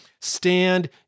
Stand